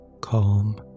Calm